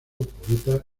poeta